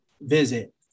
visit